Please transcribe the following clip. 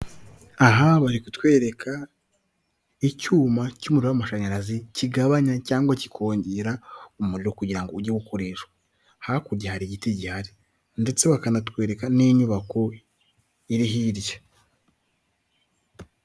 Aha bari kutwereka icyuma cy'umuriro w'amashanyarazi kigabanya cyangwa kikongera umuriro kugira ngo ujye gukoreshwa, hakurya hari igiti gihari ndetse bakanatwereka n'inyubako iri hirya.